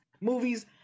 movies